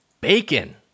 Bacon